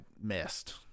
missed